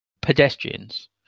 pedestrians